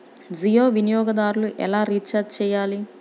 జియో వినియోగదారులు ఎలా రీఛార్జ్ చేయాలి?